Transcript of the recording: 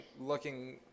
looking